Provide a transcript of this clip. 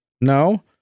no